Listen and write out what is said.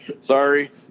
Sorry